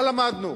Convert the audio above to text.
מה למדנו?